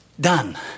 done